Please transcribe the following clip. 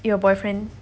your boyfriend